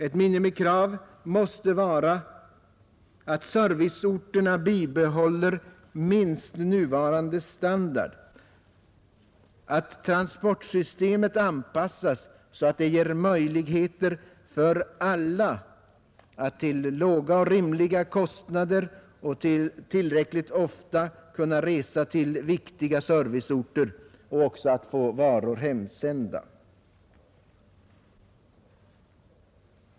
Ett minimikrav måste vara att serviceorterna bibehåller minst nuvarande standard, att transportsystemet anpassas så att det ger möjligheter för alla att till låga och rimliga kostnader och tillräckligt ofta resa till viktiga serviceorter och också att få varor hemsända.